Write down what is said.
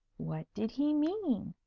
what did he mean?